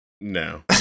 No